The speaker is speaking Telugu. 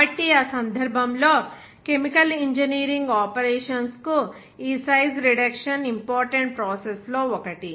కాబట్టి ఆ సందర్భంలో కెమికల్ ఇంజనీరింగ్ ఆపరేషన్స్ కు ఈ సైజ్ రిడక్షన్ ఇంపార్టెంట్ ప్రాసెస్ లో ఒకటి